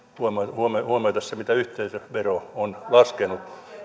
huomioitaisiin se miten yhteisövero on laskenut